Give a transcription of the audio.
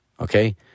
Okay